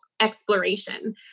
exploration